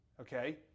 okay